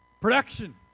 Production